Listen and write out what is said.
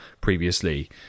previously